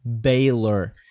baylor